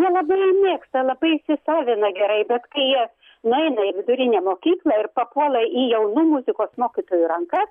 jie labai mėgsta labai įsisavina gerai bet kai jie nueina į vidurinę mokyklą ir papuola į jaunų muzikos mokytojų rankas